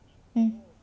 mm